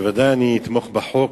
בוודאי אני אתמוך בחוק,